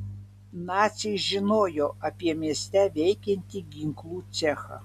naciai žinojo apie mieste veikiantį ginklų cechą